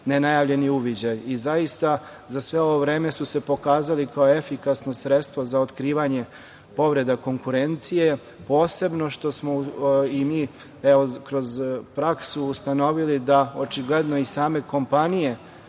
nenajavljeni uviđaji. Zaista, za sve ovo vreme su se pokazali kao efikasno sredstvo za otkrivanje povreda konkurencije. Posebno što smo i mi, evo, kroz praksu ustanovili da očigledno i same kompanije